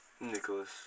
Nicholas